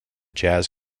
jazz